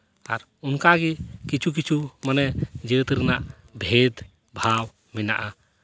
ᱟᱨ ᱚᱱᱠᱟᱜᱮ ᱠᱤᱪᱷᱩ ᱠᱤᱪᱷᱩ ᱢᱟᱱᱮ ᱡᱟᱹᱛ ᱨᱮᱱᱟᱜ ᱵᱷᱮᱛ ᱵᱷᱟᱵᱽ ᱢᱮᱱᱟᱜᱼᱟ